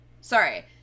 sorry